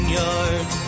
yard